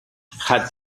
had